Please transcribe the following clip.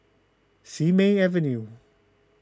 Simei Avenue